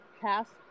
past